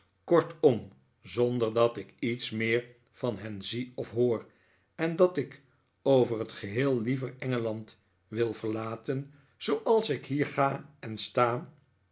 kortom zonder dat ik iets meer van hen zie of hoor en dat ik over het geheel liever engeland wil verlaten zooals ik hier ga en sta